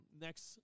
Next